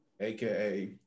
aka